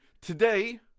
today